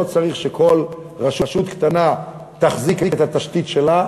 לא צריך שכל רשות קטנה תחזיק את התשתית שלה,